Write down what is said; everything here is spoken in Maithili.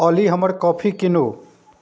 ऑली हमर कॉफी कीनू